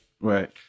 Right